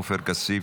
עופר כסיף,